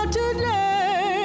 today